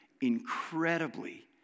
incredibly